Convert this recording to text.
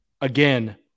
Again